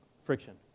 friction